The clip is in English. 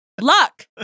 luck